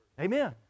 Amen